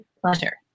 pleasure